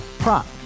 Prop